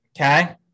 okay